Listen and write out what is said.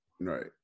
right